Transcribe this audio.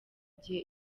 gihe